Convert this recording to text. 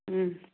ꯎꯝ